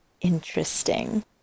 interesting